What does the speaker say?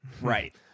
right